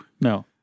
No